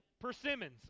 Persimmons